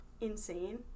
insane